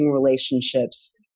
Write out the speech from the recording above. relationships